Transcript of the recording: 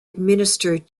administered